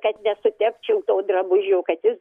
kad nesutepčiau to drabužio kad jis